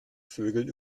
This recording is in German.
vögeln